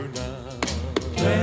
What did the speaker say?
now